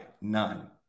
None